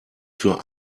für